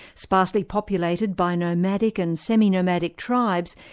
sparsely populated by nomadic and semi-nomadic tribes,